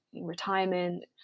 retirement